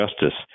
justice